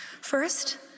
First